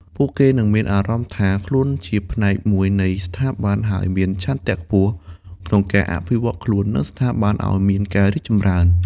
ពួកគេនឹងមានអារម្មណ៍ថាខ្លួនជាផ្នែកមួយនៃស្ថាប័ន ហើយមានឆន្ទៈខ្ពស់ក្នុងការអភិវឌ្ឍន៍ខ្លួន និងស្ថាប័នឲ្យមានការរីកចម្រើន។